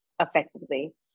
effectively